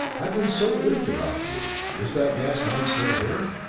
i've been so worried about you. is that gas-man still here?